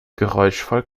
geräuschvoll